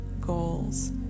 goals